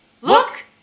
Look